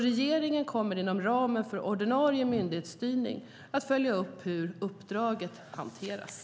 Regeringen kommer inom ramen för ordinarie myndighetsstyrning att följa upp hur uppdraget hanteras.